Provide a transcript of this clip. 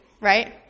Right